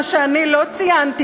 מה שאני לא ציינתי,